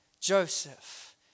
Joseph